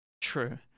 True